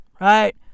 right